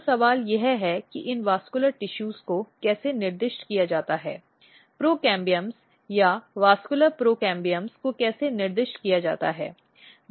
तो सवाल यह है कि इस वेस्क्यलर टिशूज को कैसे निर्दिष्ट किया जाता है प्रोकैम्बियम या वेस्क्यलर प्रोकैम्बियम को कैसे निर्दिष्ट किया जाता है